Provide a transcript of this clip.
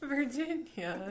Virginia